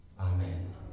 Amen